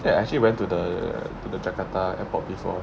yeah I actually went to the to the jakarta airport before